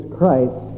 Christ